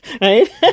Right